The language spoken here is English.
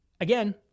again